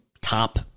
top